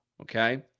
Okay